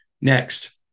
Next